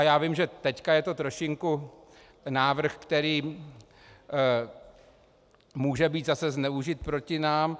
Já vím, že teď je to trošinku návrh, který může být zase zneužit proti nám.